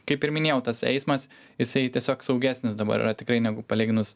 kaip ir minėjau tas eismas jisai tiesiog saugesnis dabar yra tikrai negu palyginus